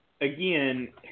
again